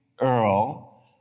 Earl